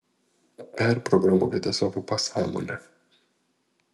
perprogramuokite savo pasąmonę